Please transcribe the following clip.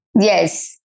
Yes